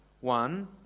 one